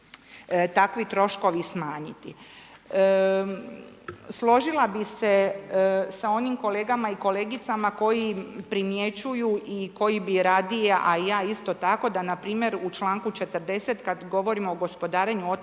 takvi troškovi smanjiti. Složila bi se sa onim kolegama i kolegicama koji primjećuju i koji bi radije a i ja isto tako da npr. u članku 40. kad govorimo o gospodarenju otpada